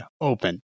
open